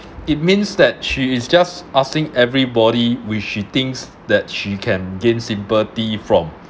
it means that she is just asking everybody which she thinks that she can gain sympathy from